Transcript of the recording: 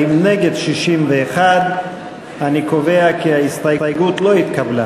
61. אני קובע כי ההסתייגות לא התקבלה.